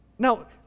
Now